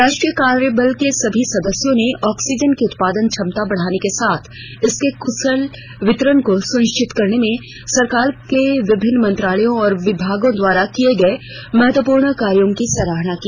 राष्ट्रीय कार्य बल के सभी सदस्यों ने ऑक्सीजन की उत्पादन क्षमता बढ़ाने के साथ इसके कृशल वितरण को सुनिश्चित करने में सरकार के विभिन्न मंत्रालयों और विभागों द्वारा किए गए महत्वपूर्ण कार्यों की सराहना की